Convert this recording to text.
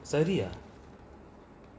sorry ya